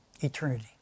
eternity